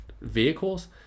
vehicles